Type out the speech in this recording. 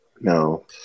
No